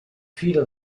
fira